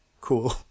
cool